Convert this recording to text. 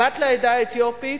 בת לעדה האתיופית,